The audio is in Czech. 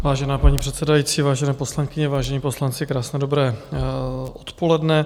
Vážená paní předsedající, vážené poslankyně, vážení poslanci, krásné dobré odpoledne.